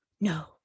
no